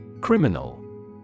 Criminal